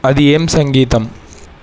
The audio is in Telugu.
అది ఏం సంగీతం